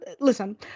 listen